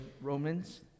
Romans